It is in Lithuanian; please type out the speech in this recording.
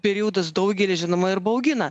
periodas daugelį žinoma ir baugina